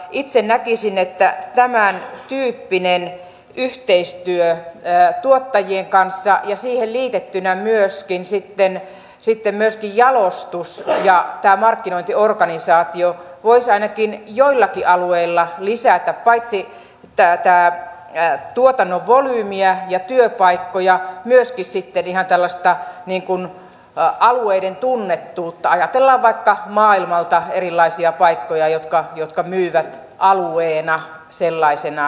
itse näkisin että tämäntyyppinen yhteistyö tuottajien kanssa ja siihen liitettynä myöskin jalostus ja markkinointiorganisaatio voisivat ainakin joillakin alueilla lisätä paitsi tuotannon volyymia ja työpaikkoja myöskin ihan tällaista alueiden tunnettuutta ajatellaanpa vaikka maailmalta erilaisia paikkoja jotka myyvät alueena jo sellaisenaan elintarvikkeita